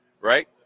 right